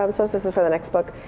um so sauce is for the next book.